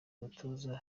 abatoza